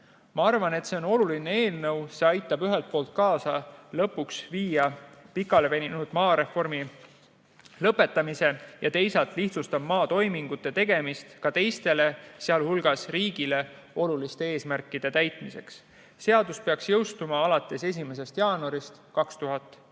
Ma arvan, et see on oluline eelnõu, sest see aitab ühelt poolt kaasa pikaleveninud maareformi lõpetamisele ja teisalt lihtsustab maatoimingute tegemist ka teiste, sh riigile oluliste eesmärkide täitmiseks. Seadus peaks jõustuma 1. jaanuaril 2022.